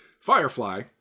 Firefly